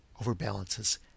overbalances